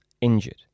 injured